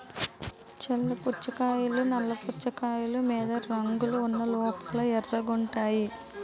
చర్ల పుచ్చకాయలు నల్ల పుచ్చకాయలు మీద రంగులు ఉన్న లోపల ఎర్రగుంటాయి